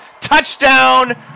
Touchdown